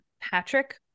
Patrick